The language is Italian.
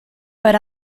era